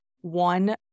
one